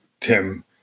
Tim